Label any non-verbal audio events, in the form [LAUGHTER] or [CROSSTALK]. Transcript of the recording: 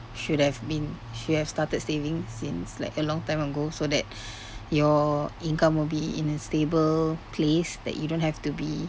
should have been should have started saving since like a long time ago so that your [BREATH] income will be in a stable place that you don't have to be